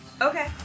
Okay